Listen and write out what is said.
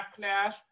backlash